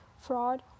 fraud